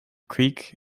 creek